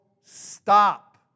stop